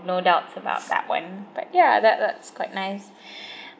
no doubts about that one but ya that that's quite nice